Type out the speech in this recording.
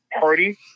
party